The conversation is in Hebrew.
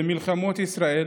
במלחמות ישראל,